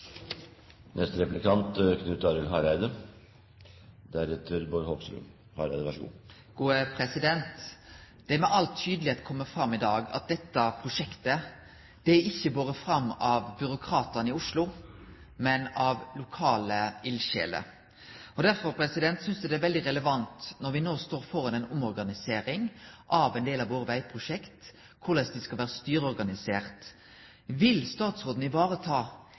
Det har med all tydelegheit kome fram i dag at dette prosjektet ikkje er bore fram av byråkratane i Oslo, men av lokale eldsjeler. Derfor synest eg det er veldig relevant, når vi no står føre ei omorganisering av ein del av våre vegprosjekt, korleis dei skal vere styreorganiserte. Vil statsråden